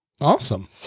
Awesome